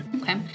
Okay